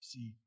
See